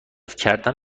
کردن